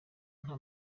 nta